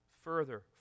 further